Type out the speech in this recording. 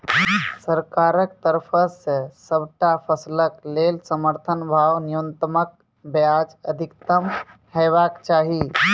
सरकारक तरफ सॅ सबटा फसलक लेल समर्थन भाव न्यूनतमक बजाय अधिकतम हेवाक चाही?